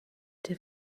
der